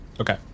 Okay